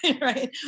right